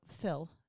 Phil